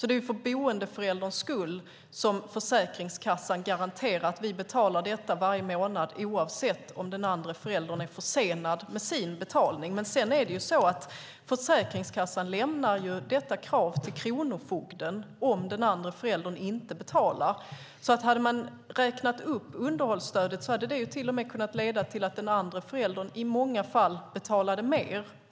Det är för boendeförälderns skull som Försäkringskassan garanterar att man betalar detta varje månad, oavsett om den andre föräldern är försenad med sin betalning. Men sedan är det ju så att Försäkringskassan lämnar detta krav till kronofogden om den andre föräldern inte betalar. Hade man räknat upp underhållsstödet hade det till och med kunnat leda till att den andre föräldern i många fall betalade mer.